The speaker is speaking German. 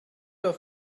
auf